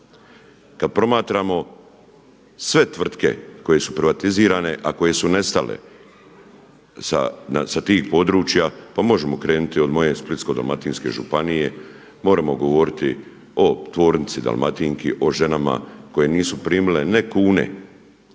Kada promatramo sve tvrtke koje su privatizirane a koje su nestale sa tih područja, pa možemo krenuti od moje Splitsko-dalmatinske županije, moramo govoriti o tvornici Dalmatinki, o ženama koje nisu primile ne kune